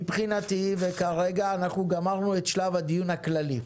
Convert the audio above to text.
מבחינתי כרגע אנחנו סיימנו את שלב הדיון הכללי,